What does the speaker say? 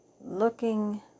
looking